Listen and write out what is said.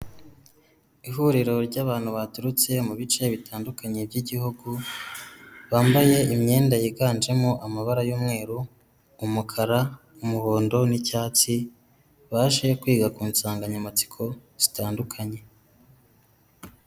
Ihuriro ry'abantu baturutse mu bice bitandukanye by'igihugu, bambaye imyenda yiganjemo amabara y'umweru, umukara, umuhondo, n'icyatsi, baje kwiga ku nsanganyamatsiko zitandukanye.